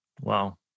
Wow